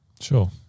Sure